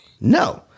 No